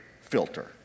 filter